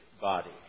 body